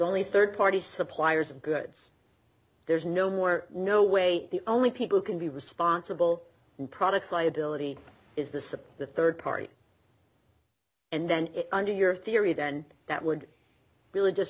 only third party suppliers and goods there's no more no way the only people who can be responsible products liability is this the third party and then under your theory then that would really just